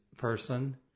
person